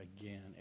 again